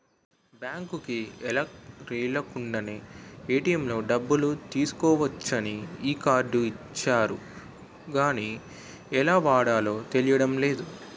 బాంకుకి ఎల్లక్కర్లేకుండానే ఏ.టి.ఎం లో డబ్బులు తీసుకోవచ్చని ఈ కార్డు ఇచ్చారు గానీ ఎలా వాడాలో తెలియడం లేదు